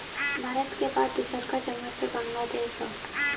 भारत के बाद दूसरका जगह पे बांग्लादेश हौ